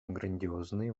грандиозные